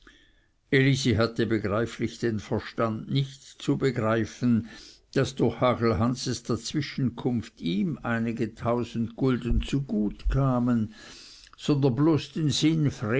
hatte begreiflich den verstand nicht zu begreifen daß durch hagelhanses dazwischenkunft ihm einige tausend gulden zugut kamen sondern bloß den sinn